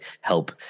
help